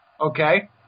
okay